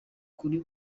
kuri